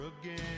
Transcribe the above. again